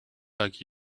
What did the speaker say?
like